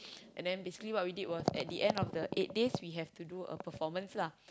and then basically what we did was at the end of the eight days we have to do a performance lah